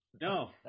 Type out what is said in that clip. No